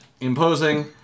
imposing